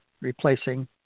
replacing